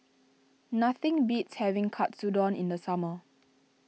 nothing beats having Katsudon in the summer